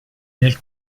del